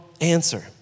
answer